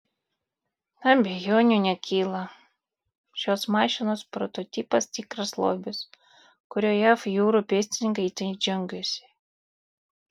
abejonių nekyla šios mašinos prototipas tikras lobis kuriuo jav jūrų pėstininkai itin džiaugiasi